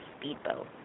speedboat